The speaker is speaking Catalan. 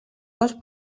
cos